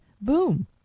boom